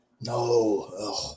No